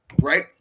right